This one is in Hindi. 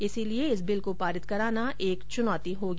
इसीलिए इस बिल को पारित कराना एक चुनौती होगी